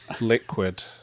liquid